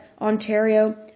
Ontario